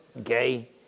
okay